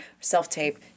self-tape